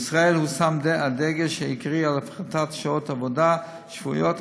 בישראל הושם הדגש העיקרי על הפחתת שעות עבודה שבועיות,